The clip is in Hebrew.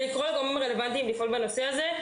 ולקרוא לגורמים הרלוונטיים לטפל בנושא הזה.